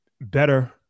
better